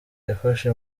yafashe